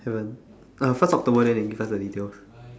haven't uh first talk over then the give us the details